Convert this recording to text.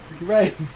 Right